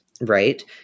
Right